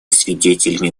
свидетелями